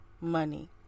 money